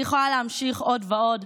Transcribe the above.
אני יכולה להמשיך עוד ועוד,